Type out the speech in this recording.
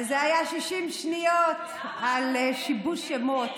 אז זה היה 60 שניות על שיבוש שמות.